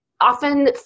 often